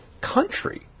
country